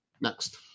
Next